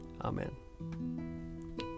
Amen